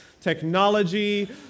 technology